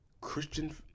Christian